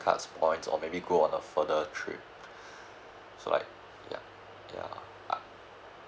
card points or maybe go on a further trip so like ya ya uh